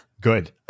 Good